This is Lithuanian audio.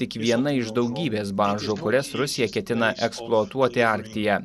tik viena iš daugybės baržų kurias rusija ketina eksploatuoti arktyje